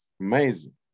Amazing